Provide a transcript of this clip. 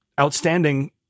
outstanding